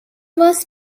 was